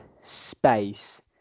space